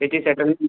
त्याचे च्याटर्न